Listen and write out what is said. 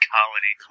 Colony